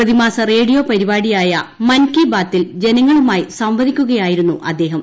പ്രതിമാസ റേഡിയോ പരിപാടിയായ മൻ കി ബാത്തിൽ ജന ങ്ങളുമായി സംവദിക്കുകയായിരുന്നു അദ്ദേഹം